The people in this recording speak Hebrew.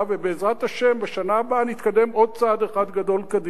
ובעזרת השם בשנה הבאה נתקדם עוד צעד אחד גדול קדימה.